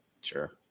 Sure